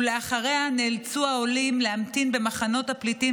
ולאחריה נאלצו העולים להמתין במחנות הפליטים